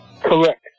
Correct